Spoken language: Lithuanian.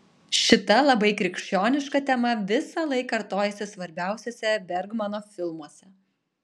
šita labai krikščioniška tema visąlaik kartojasi svarbiausiuose bergmano filmuose